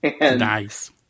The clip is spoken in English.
Nice